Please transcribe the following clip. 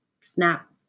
snap